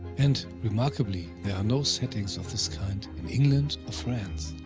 and, remarkably, there are no settings of this kind in england or france.